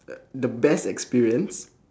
uh the best experience